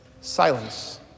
silence